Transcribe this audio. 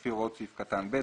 לפי הוראות סעיף קטן (ב),